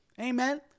Amen